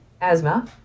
asthma